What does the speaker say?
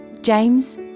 James